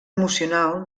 emocional